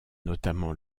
notamment